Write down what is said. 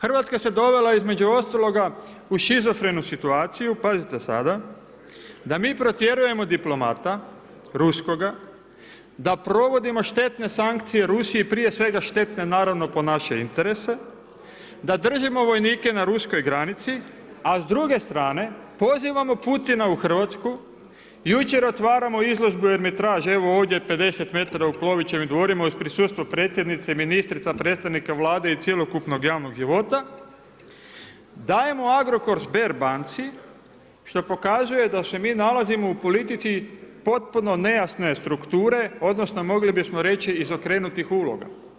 Hrvatska se dovela između ostaloga u šizofrenu situaciju, pazite sada da mi protjerujemo diplomata ruskoga, da provodimo štetne sankcije Rusiji, prije svega štetne naravno po naše interese, da držimo vojnike na ruskoj granici, a s druge strane pozivamo Putina u Hrvatsku, jučer otvaramo izložbu jer me traže ovdje evo 50m u Klovićevim dvorima uz prisustvo predsjednice, ministrica, predstavnika Vlade i cjelokupnog javnog života, dajemo Agrokor Sberbanci što pokazuje da se mi nalazimo u politici potpuno nejasne strukture odnosno mogli bismo reći izokrenutih uloga.